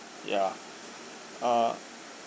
ya uh